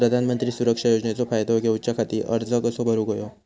प्रधानमंत्री सुरक्षा योजनेचो फायदो घेऊच्या खाती अर्ज कसो भरुक होयो?